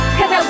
Cause